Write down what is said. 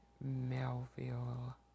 Melville